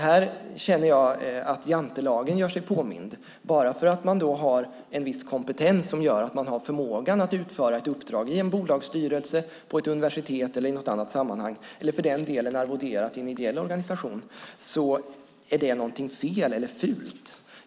Här känner jag att jantelagen gör sig påmind. Bara för att man har en viss kompetens som innebär att man har förmågan att utföra ett uppdrag i en bolagsstyrelse, på ett universitet eller i något annat sammanhang, eller för den delen arvoderas av en ideell organisation, skulle det vara fel eller någonting fult.